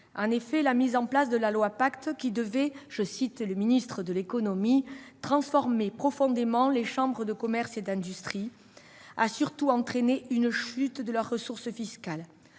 En effet, la mise en place de la loi Pacte, qui devait, selon le ministre de l'économie, « transformer profondément les chambres de commerce et d'industrie », a surtout entraîné une chute de leurs ressources fiscales.